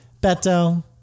Beto